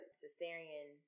cesarean